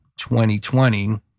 2020